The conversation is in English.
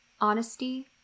honesty